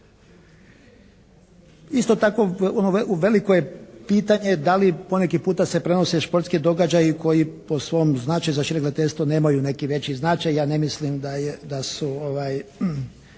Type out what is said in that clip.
Isto tako veliko je pitanje da li poneki puta se prenose športski događaji koji po svom značaju za šire gledateljstvo nemaju neki veći značaj, ja ne mislim da su